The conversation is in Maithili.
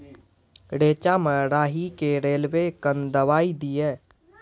रेचा मे राही के रेलवे कन दवाई दीय?